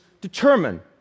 determine